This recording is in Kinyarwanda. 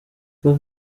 paul